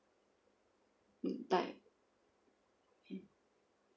mm like mm